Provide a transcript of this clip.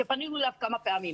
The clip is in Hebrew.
שפנינו אליו כמה פעמים.